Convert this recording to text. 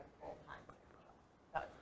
full-time